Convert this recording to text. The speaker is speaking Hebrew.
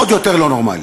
עוד יותר לא נורמלי.